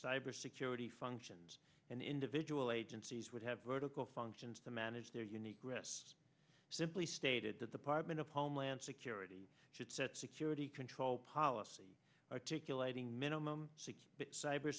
cybersecurity functions and individual agencies would have vertical functions to manage their unique gress simply stated that the parliament of homeland security should set security control policy articulating minimum six